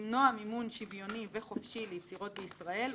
למנוע מימון שוויוני וחופשי ליצירות בישראל,